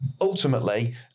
ultimately